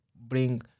bring